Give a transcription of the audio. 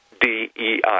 DEI